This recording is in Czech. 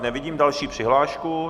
Nevidím další přihlášku.